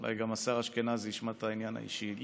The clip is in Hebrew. אולי גם השר אשכנזי ישמע את העניין האישי.